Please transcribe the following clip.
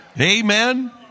Amen